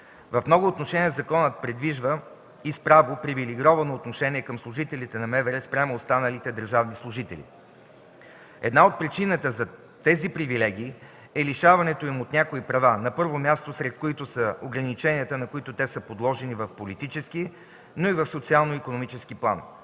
В много отношения законът предвижда, и с право, привилегировано отношение към служителите на МВР спрямо останалите държавни служители. Една от причините за тези привилегии е лишаването им от някои права, на първо място сред които са ограниченията, на които те са подложени в политически и в социално-икономически план.